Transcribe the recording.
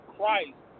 Christ